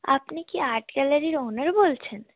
আপনি কি আর্ট গ্যালারির ওনার বলছেন